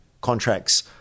contracts